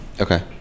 Okay